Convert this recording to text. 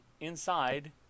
inside